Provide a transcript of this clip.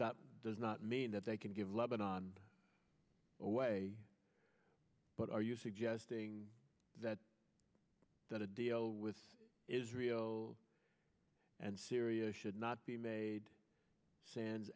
that does not mean that they can give lebanon away but are you suggesting that that a deal with israel and syria should not be made san